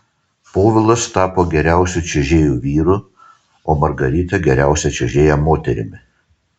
povilas tapo geriausiu čiuožėju vyru o margarita geriausia čiuožėja moterimi